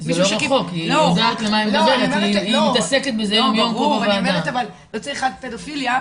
אבל לא צריך רק פדופיליה.